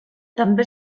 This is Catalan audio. també